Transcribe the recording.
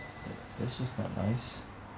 that's just not nice